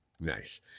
Nice